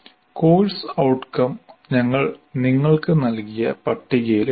course outcome ഞങ്ങൾ നിങ്ങൾക്ക് നൽകിയ പട്ടികയിൽ എഴുതണം